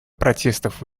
протестов